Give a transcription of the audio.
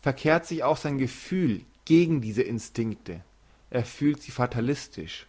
verkehrt sich auch sein gefühl gegen diese instinkte er fühlt sie fatalistisch